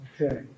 Okay